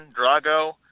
Drago